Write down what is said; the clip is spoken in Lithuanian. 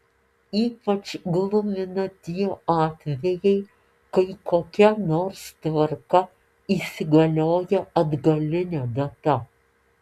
ypač glumina tie atvejai kai kokia nors tvarka įsigalioja atgaline data